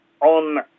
on